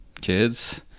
kids